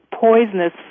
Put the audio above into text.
poisonous